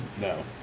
No